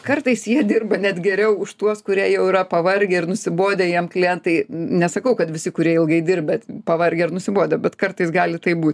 kartais jie dirba net geriau už tuos kurie jau yra pavargę ir nusibodę jiem klientai nesakau kad visi kurie ilgai dirbat pavargę ir nusibodo bet kartais gali taip būt